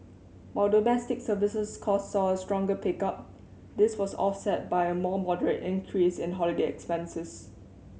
while domestic services cost saw a stronger pickup this was offset by a more moderate increase in holiday expenses